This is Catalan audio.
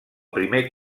primer